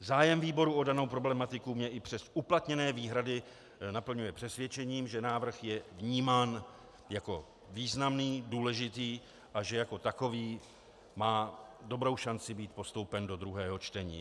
Zájem výboru o danou problematiku mě i přes uplatněné výhrady naplňuje přesvědčením, že návrh je vnímám jako významný, důležitý a že jako takový má dobrou šanci být postoupen do druhého čtení.